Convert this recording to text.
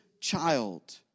child